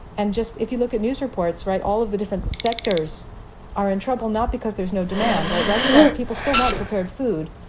and just if you look at news reports, right, all of the different sectors are in trouble, not because there's no demand. right. restaurant people still want prepared food,